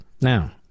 Now